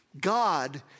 God